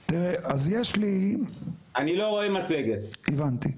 אני לא עושה אף סלקציה בין התלושים שקיבלתי.